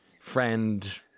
friend